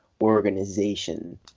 organization